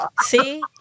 See